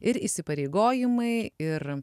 ir įsipareigojimai ir